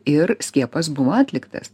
ir skiepas buvo atliktas